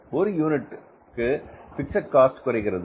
ஒரு யூனிட்டிற்கு fixed cost குறைகிறது